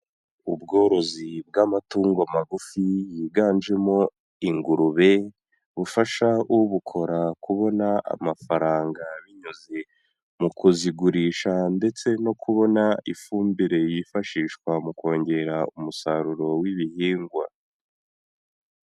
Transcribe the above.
Ubworozi bw'amatungo magufi yiganjemo ingurube, bufasha ubukora kubona amafaranga binyuze mu kuzigurisha ndetse no kubona ifumbire yifashishwa mu kongera umusaruro w'ibihingwa.